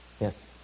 Yes